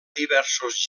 diversos